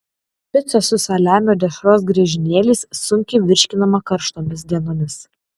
pica su saliamio dešros griežinėliais sunkiai virškinama karštomis dienomis